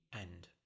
End